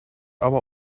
aber